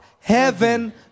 Heaven